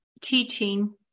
teaching